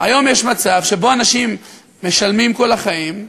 היום יש מצב שאנשים משלמים כל החיים,